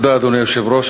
תודה, אדוני היושב-ראש.